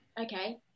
okay